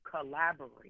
collaborate